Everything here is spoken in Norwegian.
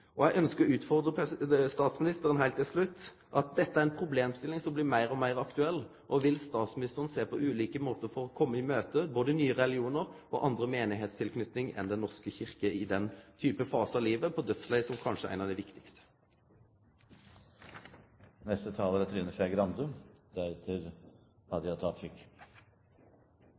Eg ønskjer å utfordre statsministeren: Dette er ei problemstilling som blir meir og meir aktuell. Vil statsministeren sjå på ulike måtar for å kome i møte både nye religionar og andre trussamfunnstilknytingar enn Den norske kyrkjas i den fasen av livet, dødsleiet, som kanskje er ein av dei viktigaste? Tusen takk til interpellanten, som løfter en så viktig debatt. Jeg må innrømme at jeg også er